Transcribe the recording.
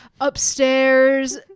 upstairs